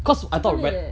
that's super late eh